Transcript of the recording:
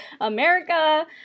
America